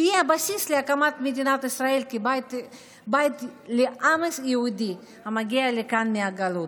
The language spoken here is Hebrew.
שהיא הבסיס להקמת מדינת ישראל כבית לעם היהודי המגיע לכאן מהגלות.